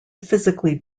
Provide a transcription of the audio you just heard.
physically